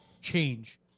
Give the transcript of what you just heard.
change